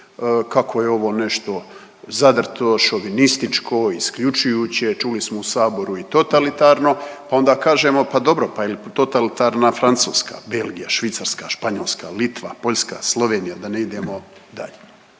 kako je ovo nešto zadrto, šovinističko isključujuće, čuli smo u Saboru i totalitarno, pa onda kažemo pa dobro pa jel totalitarna Francuska, Belgija, Švicarska, Španjolska, Litva, Poljska, Slovenija da ne idemo dalje?